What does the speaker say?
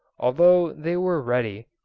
although they were ready,